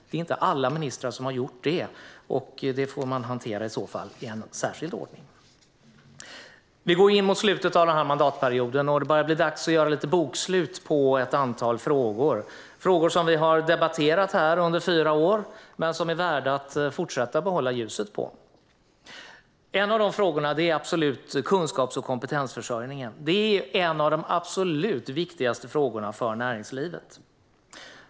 Det är inte alla ministrar som har gjort det, och det får man i så fall hantera i särskild ordning. Vi går in mot slutet av mandatperioden, och det börjar bli dags att göra lite bokslut på ett antal frågor. Det är frågor som vi har debatterat här under fyra år men som är värda att fortsätta att behålla ljuset på. En av frågorna är kunskaps och kompetensförsörjningen. Det är en av de absolut viktigaste frågorna för näringslivet.